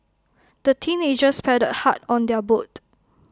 the teenagers paddled hard on their boat